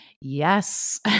Yes